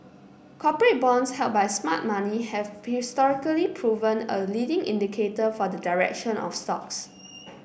corporate bonds held by smart money have historically proven a leading indicator for the direction of stocks